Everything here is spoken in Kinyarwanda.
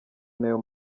nayo